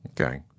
Okay